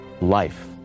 life